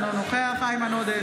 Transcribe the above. אינו נוכח איימן עודה,